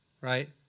Right